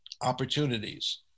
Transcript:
opportunities